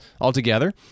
altogether